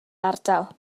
ardal